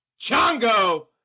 Chongo